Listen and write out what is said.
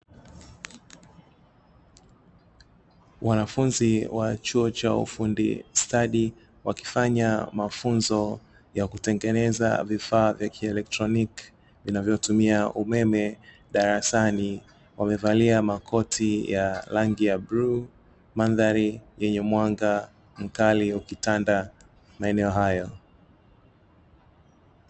Wanafunzi wa chuo cha ufundi stadi wakifanya mafunzo ya kutengeneza vifaa vya kielektroniki, vinavyotumia umeme darasani wamevalia makoti ya rangi ya bluu, mandhari yenye mwanga mkali ukitanda maeneo hayo.